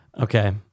Okay